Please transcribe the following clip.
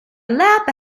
lap